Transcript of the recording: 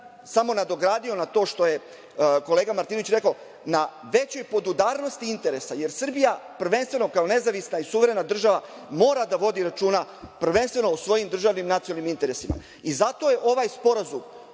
samo nadogradio na to što je kolega Martinović rekao na većoj podudarnosti interesa, jer Srbija, prvenstveno kao nezavisna i suverena država mora da vodi računa, prvenstveno o svojim državnim nacionalnim interesima. Zato je ovaj sporazum